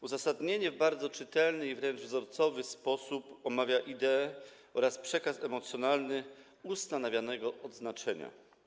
Uzasadnienie w bardzo czytelny i wręcz wzorcowy sposób omawia ideę oraz przekaz emocjonalny ustanawianego odznaczenia.